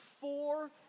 four